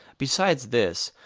besides this,